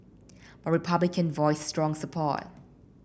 but Republican voiced strong support